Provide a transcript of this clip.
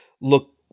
look